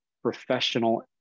professional